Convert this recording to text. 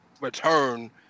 return